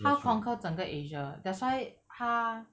他要 conquer 整个 asia that's why 他